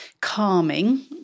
calming